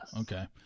Okay